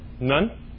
None